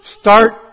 Start